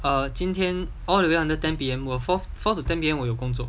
err 今天 all the way until ten P_M 我 four four to ten P_M 我有工作